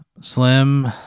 Slim